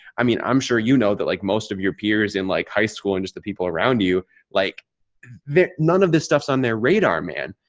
i mean, i'm sure you know that like most of your peers in like high school and just the people around you like that. none of this stuff's on their radar man.